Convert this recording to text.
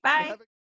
Bye